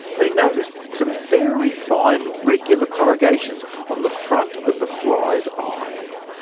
they noticed some very fine regular corrugations on the front of the fly's eyes.